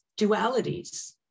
dualities